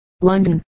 London